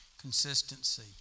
Consistency